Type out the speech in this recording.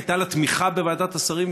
הייתה לה תמיכה בוועדת השרים,